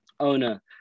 owner